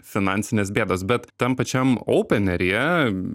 finansinės bėdos bet tam pačiam openeryje